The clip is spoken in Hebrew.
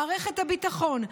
מערכת הביטחון,